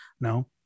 No